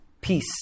peace